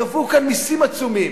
גבו כאן מסים עצומים.